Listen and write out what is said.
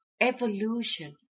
Evolution